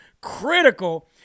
critical